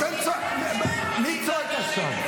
מי צועק עכשיו?